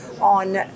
on